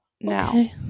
now